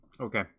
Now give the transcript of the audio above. okay